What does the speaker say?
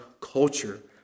culture